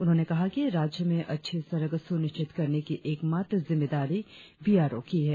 उन्होंने कहा कि राज्य में अच्छी सड़क सुनिश्चित करने की एकमात्र जिम्मेदारी बी आर ओ की है